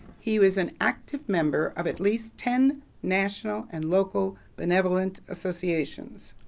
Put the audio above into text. he was an active member of at least ten national and local benevolent associations.